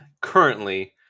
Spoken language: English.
currently